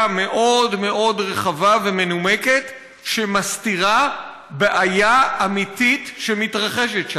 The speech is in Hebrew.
מאוד מאוד רחבה ומנומקת שמסתירה בעיה אמיתית שמתרחשת שם.